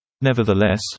Nevertheless